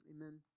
amen